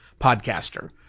podcaster